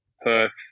Perth